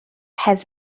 has